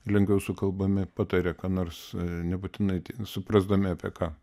lengviau sukalbami pataria ką nors nebūtinai suprasdami apie ką